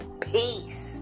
Peace